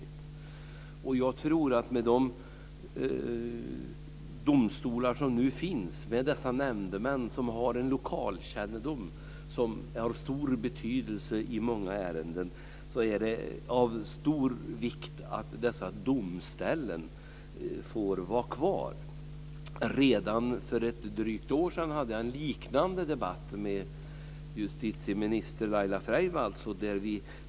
Jag tror att det är av stor vikt att de domstolar och domställen som nu finns, med nämndemän som har en lokalkännedom som är av stor betydelse i många ärenden, får vara kvar. Redan för drygt ett år sedan förde jag en liknande debatt med justitieminister Laila Freivalds.